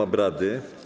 obrady.